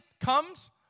comes